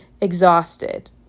exhausted